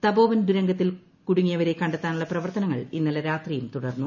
തപോവൻ തുരങ്കത്തിൽ കുടുങ്ങിയവരെ കണ്ടെത്താനുള്ള പ്രവർത്തനങ്ങൾ ഇന്നലെ രാത്രിയും തുടർന്നു